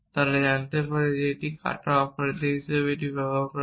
তারা জানতে পারে যে এটি কাটা অপারেটর হিসাবে এটি বলা হয়